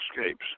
escapes